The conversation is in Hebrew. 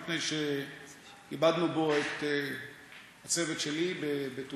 מפני שאיבדנו בו את הצוות שלי בתאונת